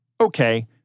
okay